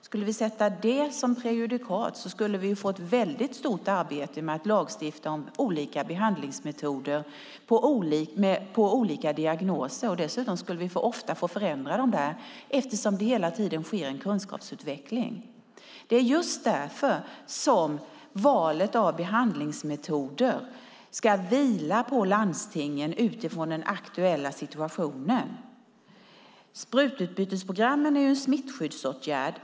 Skulle vi sätta det som prejudikat skulle vi få ett stort arbete med att lagstifta om olika behandlingsmetoder vid olika diagnoser. Dessutom skulle vi ofta få göra förändringar, eftersom det hela tiden sker en kunskapsutveckling. Det är just därför som valet av behandlingsmetoder ska vila på landstingen utifrån den aktuella situationen. Sprututbytesprogrammen är en smittskyddsåtgärd.